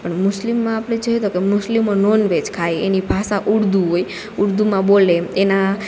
પણ મુસ્લિમમાં આપડે જોઈએ તોકે મુસ્લિમો નોનવેજ ખાય એની ભાષા ઉર્દૂ હોય ઉર્દૂમાં બોલે એના